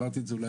אז שלי.